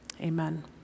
amen